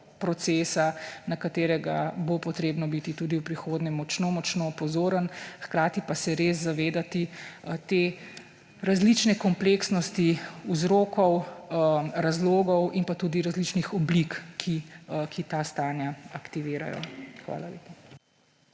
procesa, na katerega bo potrebno biti tudi v prihodnje močno močno pozoren. Hkrati pa se res zavedati te različne kompleksnosti vzrokov, razlogov in tudi različnih oblik, ki ta stanja aktivirajo. Hvala lepa.